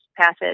passage